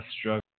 struggle